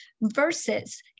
versus